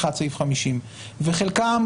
מבחינת סעיף 50. וחלקן,